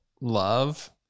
love